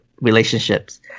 relationships